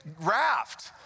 raft